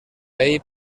ell